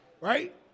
right